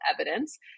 evidence